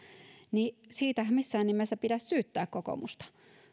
ei missään nimessä pidä syyttää kokoomusta